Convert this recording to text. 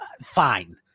fine